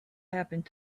happened